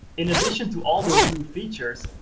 in addition to all those new features,